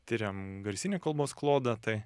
tiriam garsinį kalbos klodą tai